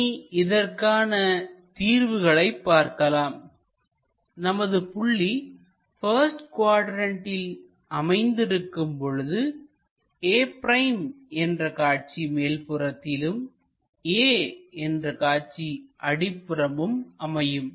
இனி இதற்கான தீர்வுகளை பார்க்கலாம்நமது புள்ளி பஸ்ட் குவாட்ரண்ட்டில்அமைந்து இருக்கும் பொழுது a' என்ற காட்சி மேல் புறத்திலும் a என்ற காட்சி அடிப்புறமும் அமையும்